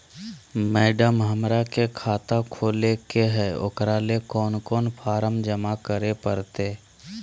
Madam, हमरा के खाता खोले के है उकरा ले कौन कौन फारम जमा करे परते?